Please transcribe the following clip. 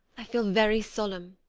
i feel very solemn,